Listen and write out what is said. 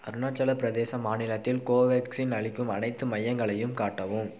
அருணாச்சல பிரதேசம் மாநிலத்தில் கோவேக்சின் அளிக்கும் அனைத்து மையங்களையும் காட்டவும்